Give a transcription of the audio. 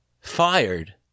Fired